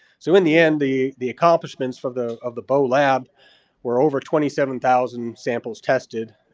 so in the end the the accomplishments for the of the bough lab were over twenty seven thousand samples tested.